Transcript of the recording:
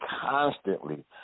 constantly